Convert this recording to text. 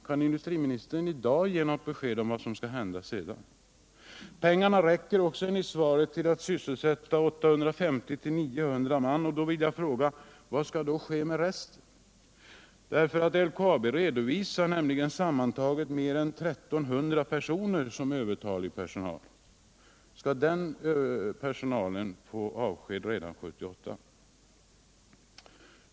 Kan industriministern i dag ge något besked om vad som skall hända sedan? Pengarna räcker, också enligt svaret, till för att sysselsätta 850-900 man. Då vill jag fråga: Vad skall ske med resten? LKAB redovisar nämligen sammantaget mer än 1 300 personer som ”övertalig personal”. Skall den personalen få avsked redan 1978?